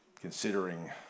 considering